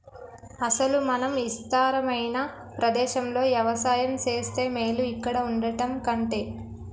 అసలు మనం ఇస్తారమైన ప్రదేశంలో యవసాయం సేస్తే మేలు ఇక్కడ వుండటం కంటె